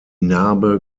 narbe